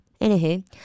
Anywho